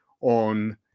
on